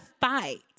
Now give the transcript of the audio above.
fight